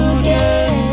again